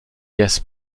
yes